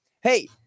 Hey